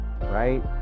right